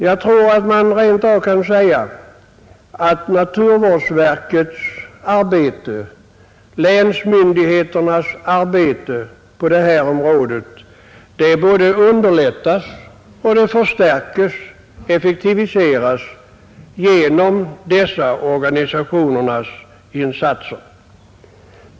Jag tror att man rent av kan säga att naturvårdsverket och länsmyndigheternas arbete på detta område underlättas, förstärks och effektiviseras genom dessa organisationers insatser.